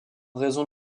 raison